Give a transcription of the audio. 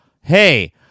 hey